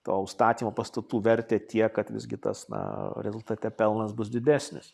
to užstatymo pastatų vertę tiek kad visgi tas na rezultate pelnas bus didesnis